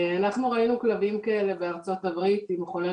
אנחנו ראינו כלבים כאלה בארצות הברית עם חולי